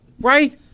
Right